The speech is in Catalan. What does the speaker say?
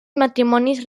matrimonis